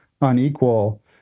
unequal